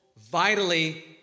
vitally